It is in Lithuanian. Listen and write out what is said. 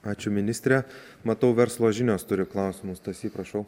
ačiū ministre matau verslo žinios turi klausimų stasy prašau